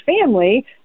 family